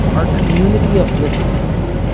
our community of listeners,